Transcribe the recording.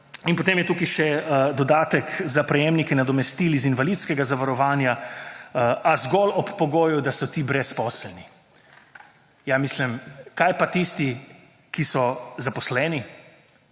In potem je tukaj še dodatek za prejemnike nadomestil iz invalidskega zavarovanja, a zgolj ob pogoju, da so ti brezposelni. Ja, mislim, kaj pa tisti, ki so zaposleni?